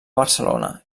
barcelona